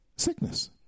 Sickness